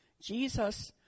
Jesus